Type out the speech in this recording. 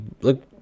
look